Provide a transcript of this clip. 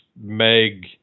Meg